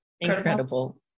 Incredible